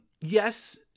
Yes